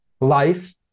life